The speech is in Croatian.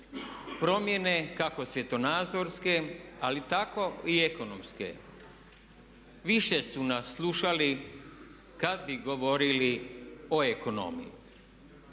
Promjene, kako svjetonazorske ali tako i ekonomske. Više su nas slušali kada bi govorili o ekonomiji.